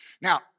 Now